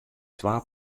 twa